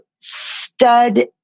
stud